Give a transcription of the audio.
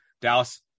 Dallas